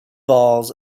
balls